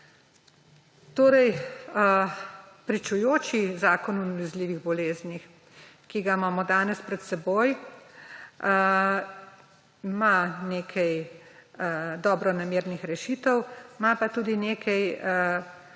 Pričujoči zakon o nalezljivih boleznih, ki ga imamo danes pred seboj, ima nekaj dobronamernih rešitev, ima pa tudi nekaj